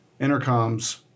Intercom's